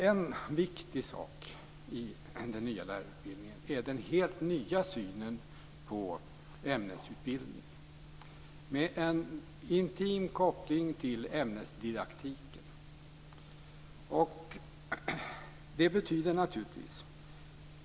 En viktig sak i den nya lärarutbildningen är den helt nya synen på ämnesutbildningen med en intim koppling till ämnesdidaktiken.